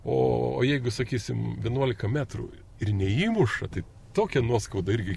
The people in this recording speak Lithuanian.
o o jeigu sakysim vienuolika metrų ir neįmuša tai tokia nuoskauda irgi